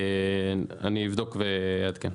אני אבדוק ואעדכן.